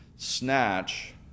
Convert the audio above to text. Snatch